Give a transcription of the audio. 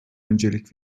öncelik